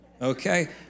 okay